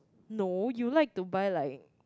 no you like to buy like